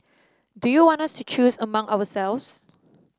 do you want us to choose among ourselves